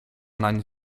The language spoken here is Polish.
nań